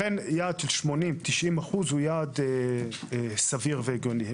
לכן יעד של 80%, 90% הוא יעד סביר והגיוני.